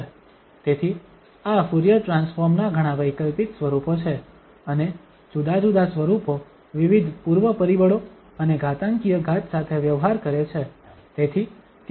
તેથી આ Fourier transform નાં ઘણાં વૈકલ્પિક સ્વરૂપો છે અને જુદા જુદા સ્વરૂપો વિવિધ પૂર્વ પરિબળો અને ઘાતાંકીય ઘાત સાથે વ્યવહાર કરે છે